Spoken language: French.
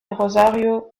rosario